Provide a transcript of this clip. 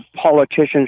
politicians